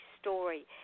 story